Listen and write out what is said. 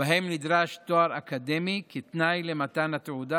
שבהם נדרש תואר אקדמי כתנאי למתן התעודה,